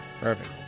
Perfect